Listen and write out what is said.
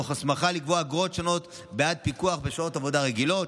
תוך הסמכה לקבוע אגרות שונות בעד פיקוח בשעות עבודה רגילות,